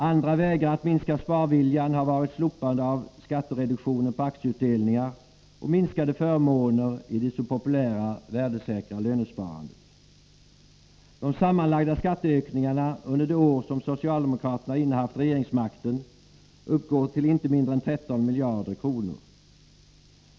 Andra vägar att minska sparviljan har varit slopandet av skattereduktionen på aktieutdelningar och minskade förmåner i det så populära värdesäkra lönsparandet. De sammanlagda skatteökningarna under det år som socialdemokraterna innehaft regeringsmakten uppgår till inte mindre än 13 miljarder kronor.